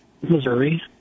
Missouri